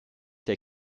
der